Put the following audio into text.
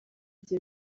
ibyo